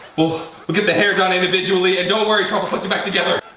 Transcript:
we'll we'll get the hair done individually. don't worry trump, we'll put you back together.